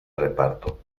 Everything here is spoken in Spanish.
reparto